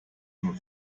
nur